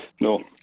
No